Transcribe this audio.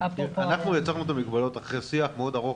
אנחנו יצרנו את המגבלות אחרי שיח מאוד ארוך